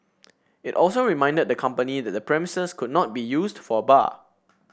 it also reminded the company that the premises could not be used for a bar